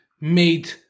Made